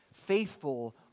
Faithful